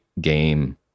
game